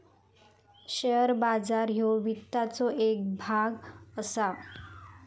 share बाजार ह्यो वित्ताचो येक भाग असा